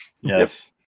Yes